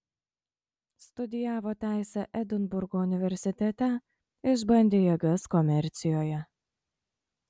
studijavo teisę edinburgo universitete išbandė jėgas komercijoje